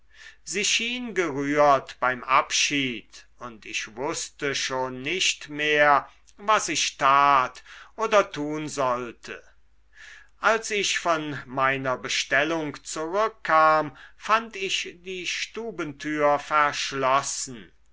sie schien gerührt beim abschied und ich wußte schon nicht mehr was ich tat oder tun sollte als ich von meiner bestellung zurückkam fand ich die stubentür verschlossen